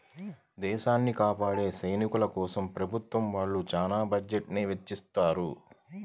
దేశాన్ని కాపాడే సైనికుల కోసం ప్రభుత్వం వాళ్ళు చానా బడ్జెట్ ని తెచ్చిత్తారు